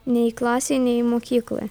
nei klasėj nei mokykloj